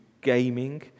gaming